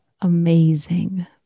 amazing